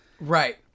Right